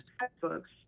textbooks